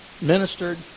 ministered